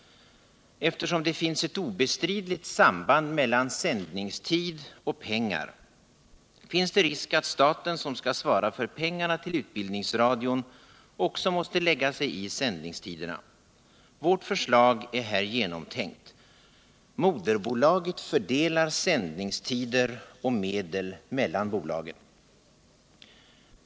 Eftersom det finns ett obestridligt samband mellan sändningstid och pengar finns det risk för att staten, som skall svara för pengarna till utbildningsradion, också måste lägga sig i sändningstiderna. Vårt förslag är här genomtänkt. Moderbolaget fördelar sändningstider och medel mellan bolagen.